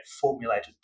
formulated